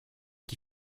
qui